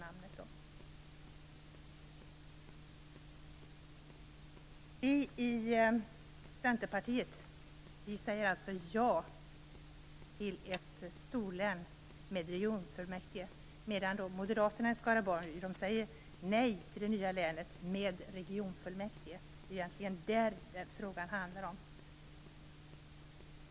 Vi i Centerpartiet säger alltså ja till ett storlän med regionfullmäktige, medan Moderaterna i Skaraborg säger nej till ett nytt län med regionfullmäktige. Det är egentligen detta som frågan handlar om.